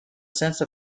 sense